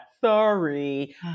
sorry